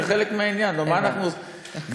זה חלק מהעניין, נו, מה אנחנו עושים, אין בעיה.